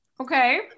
Okay